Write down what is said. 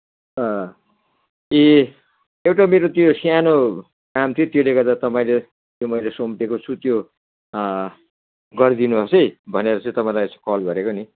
अँ ए एउटा मेरो त्यो सानो काम थियो त्यसले गर्दा तपाईँले त्यो मैले सुम्पेको छु त्यो गरिदिनुहोस् है भनेर चाहिँ तपाईँलाई कल गरेको नि